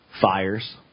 fires